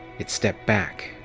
it stepped back.